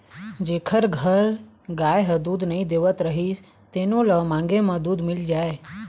जेखर घर गाय ह दूद नइ देवत रहिस तेनो ल मांगे म दूद मिल जाए